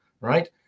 right